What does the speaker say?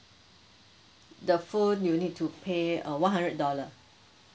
the phone you need to pay uh one hundred dollar